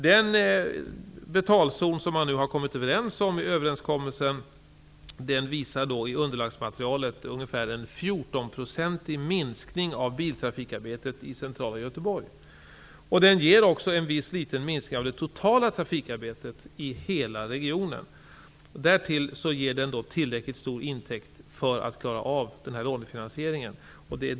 Den betalzon som man nu har kommit överens om i överenskommelsen visar i underlagsmaterialet en 14-procentig minskning av biltrafikarbetet i centrala Göteborg. Den ger en liten minskning av det totala trafikarbetet i hela regionen. Därtill ger den tillräckligt stor intäkt för att klara av lånefinansieringen.